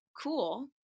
cool